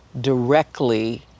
directly